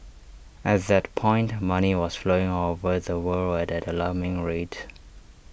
at that point money was flowing all over the world at an alarming rate